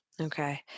Okay